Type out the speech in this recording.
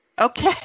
Okay